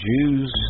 Jews